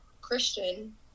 Christian